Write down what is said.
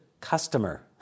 customer